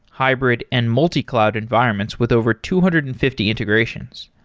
hybrid and multi-cloud environments with over two hundred and fifty integrations.